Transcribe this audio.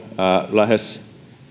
lähes